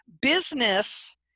business